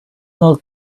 not